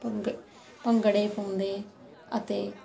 ਭੰਗ ਭੰਗੜੇ ਪਾਉਂਦੇ ਅਤੇ